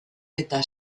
eta